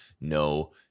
no